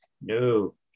No